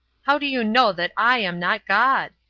how do you know that i am not god?